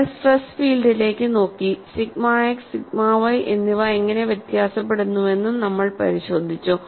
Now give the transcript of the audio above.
നമ്മൾ സ്ട്രെസ് ഫീൽഡിലേക്ക് നോക്കി സിഗ്മ എക്സ് സിഗ്മ വൈ എന്നിവ എങ്ങനെ വ്യത്യാസപ്പെടുന്നുവെന്നും നമ്മൾ പരിശോധിച്ചു